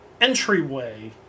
entryway